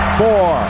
four